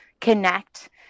connect